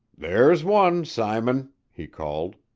there's one, simon! he called.